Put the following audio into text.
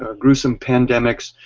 ah gruesome pandemics,